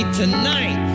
tonight